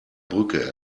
brücke